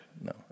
No